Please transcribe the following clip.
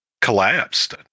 collapsed